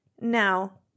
Now